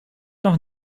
noch